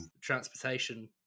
transportation